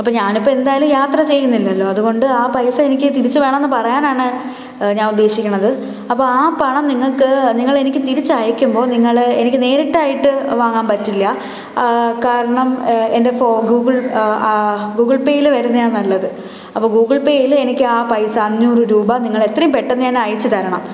അപ്പം ഞാനിപ്പോൾ എന്തായാലും യാത്ര ചെയ്യുന്നില്ലല്ലോ അതുകൊണ്ട് ആ പൈസ എനിക്ക് തിരിച്ചു വേണം എന്ന് പറയാനാണ് ഞാൻ ഉദ്ദേശിക്കണത് അപ്പോൾ ആ പണം നിങ്ങൾക്ക് നിങ്ങളെനിക്ക് തിരിച്ചയക്കുമ്പോൾ നിങ്ങൾ എനിക്ക് നേരിട്ടായിട്ട് വാങ്ങാൻ പറ്റില്ല കാരണം എൻ്റെ ഗൂഗിൾ ഗൂഗിൾ പേയിൽ വരുന്നതാണ് നല്ലത് അപ്പോൾ ഗൂഗിൾ പേയിൽ എനിക്ക് ആ പൈസ അഞ്ഞൂറ് രൂപ നിങ്ങളെത്രയും പെട്ടെന്ന് തന്നെ അയച്ചു തരണം